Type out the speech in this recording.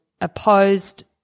opposed